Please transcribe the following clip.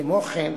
כמו כן,